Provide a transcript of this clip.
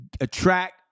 attract